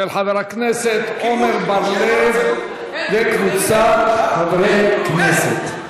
של חבר הכנסת עמר בר-לב וקבוצת חברי הכנסת.